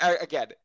again